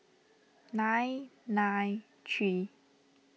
nine nine three